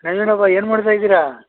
ನಾಗೇಂದ್ರಪ್ಪ ಏನು ಮಾಡ್ತಾ ಇದ್ದೀರಾ